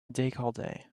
decollete